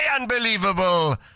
unbelievable